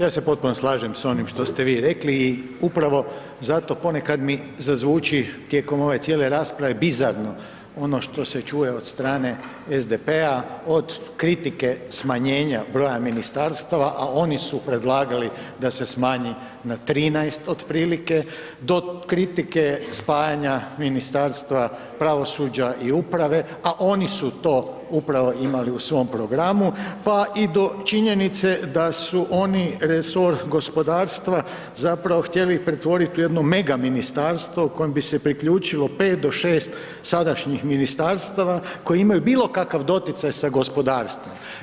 Ja se potpuno slažem s onim što ste vi rekli i upravo zato ponekad mi zazvuči tijekom ove cijele rasprave bizarno ono što se čuje od strane SDP-a, od kritike smanjenja broja ministarstava, a oni su predlagali da se smanji na 13 otprilike, to kritike spajanja Ministarstva pravosuđa i uprave, a oni su to upravo imali u svom programu pa i do činjenice da su oni resor gospodarstva zapravo htjeli pretvoriti u jedno mega ministarstvo kojem bi se priključilo 5 do 6 ministarstava koje imaju bilo kakav doticaj sa gospodarstvom.